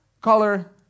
color